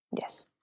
Yes